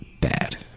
bad